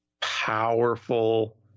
powerful